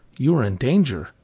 you are in danger.